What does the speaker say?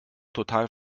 total